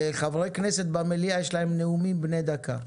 חברי כנסת במליאה יש להם נאומים בני דקה.